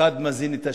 אחד מזין את השני,